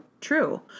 true